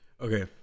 Okay